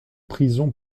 prison